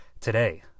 Today